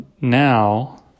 now